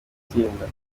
tsinda